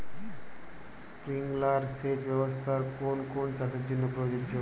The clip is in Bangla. স্প্রিংলার সেচ ব্যবস্থার কোন কোন চাষের জন্য প্রযোজ্য?